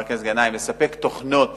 תוכנות